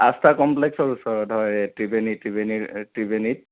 আস্থা কম্প্লেক্সৰ ওচৰত হয় ত্ৰিবেনী ত্ৰিবেনীৰ ত্ৰিবেনীত